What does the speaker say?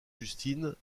justine